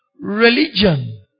Religion